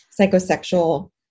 psychosexual